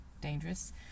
dangerous